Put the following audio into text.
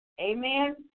Amen